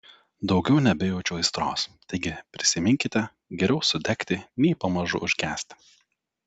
daugiau nebejaučiu aistros taigi prisiminkite geriau sudegti nei pamažu užgesti